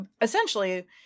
essentially